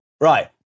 Right